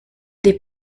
des